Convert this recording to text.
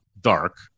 dark